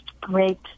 Great